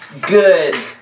good